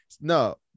no